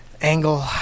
angle